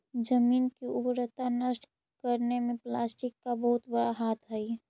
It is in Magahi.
जमीन की उर्वरता नष्ट करने में प्लास्टिक का बहुत बड़ा हाथ हई